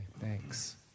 thanks